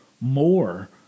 more